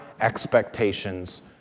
expectations